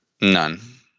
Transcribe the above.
None